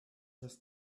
have